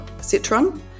citron